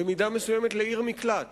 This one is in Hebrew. היא הפכה במידה מסוימת לעיר מקלט